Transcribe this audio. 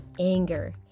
anger